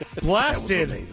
blasted